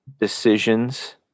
decisions